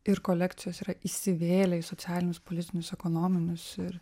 ir kolekcijos yra įsivėlę į socialinius politinius ekonominius ir